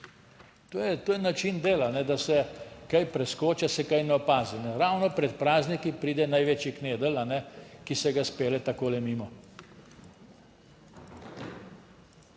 To je način dela, da se kaj preskoči, se kaj ne opazi. Ravno pred prazniki pride največji knedelj, ki se ga spelje takole mimo.